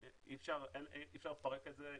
אי אפשר לפרק את זה.